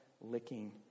licking